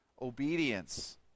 Obedience